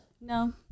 no